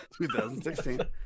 2016